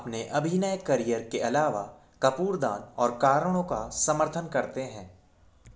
अपने अभिनय करियर के अलावा कपूर दान और कारणों का समर्थन करते हैं